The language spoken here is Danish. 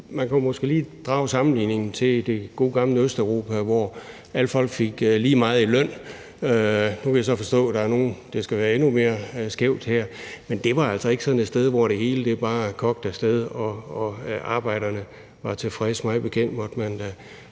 man kunne måske lige drage en sammenligning til det gode gamle Østeuropa, hvor alle folk fik lige meget i løn, og nu kan jeg så forstå, at der her er nogle, hvor det skal være endnu mere skævt, men det var altså ikke sådan et sted, hvor det hele bare kørte af sted og arbejderne var tilfredse.